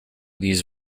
these